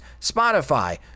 Spotify